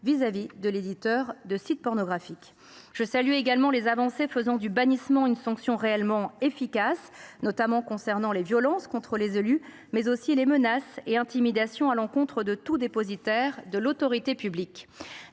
vis à vis de l’éditeur de site pornographique. Je salue également les avancées faisant du bannissement une sanction réellement efficace, notamment concernant les violences contre les élus, mais aussi les menaces et les intimidations à l’encontre de tout dépositaire de l’autorité publique.